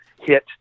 hit